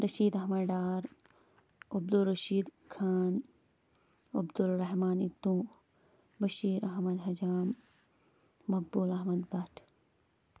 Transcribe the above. Rashid Ahmad Dar Abdul Rashid Khan Abdul Rahman Itoo Bashir Ahmad Hajam Maqbool Ahmad Bhat